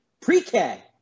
pre-K